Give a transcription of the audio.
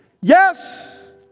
yes